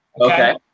okay